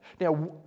Now